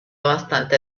bastante